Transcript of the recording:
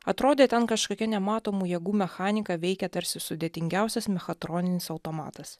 atrodė ten kažkokia nematomų jėgų mechanika veikia tarsi sudėtingiausias mechatroninis automatas